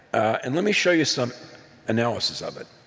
and let me show you some analysis of it.